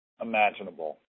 imaginable